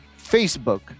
facebook